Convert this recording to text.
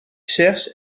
cherche